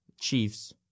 Chiefs